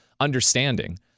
Understanding